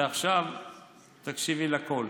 ועכשיו תקשיבי לכול.